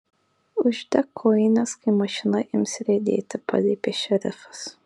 uždek kojines kai mašina ims riedėti paliepė šerifas